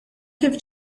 kif